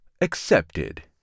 accepted